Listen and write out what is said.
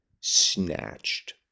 snatched